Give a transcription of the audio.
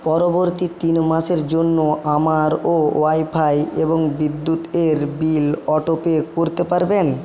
পরবর্তী তিন মাসের জন্য আমারও ওয়াইফাই এবং বিদ্যুতের বিল অটোপে করতে পারবেন